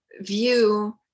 view